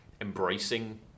embracing